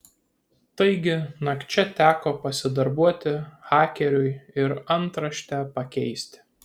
taigi nakčia teko pasidarbuoti hakeriui ir antraštę pakeisti